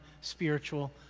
spiritual